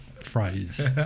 phrase